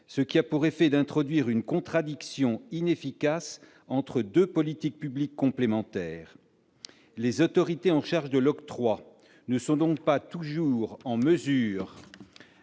territoriales. En résulte une contradiction inefficace entre deux politiques publiques complémentaires. Les autorités chargées de l'octroi ne sont donc pas toujours en mesure,